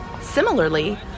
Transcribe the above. Similarly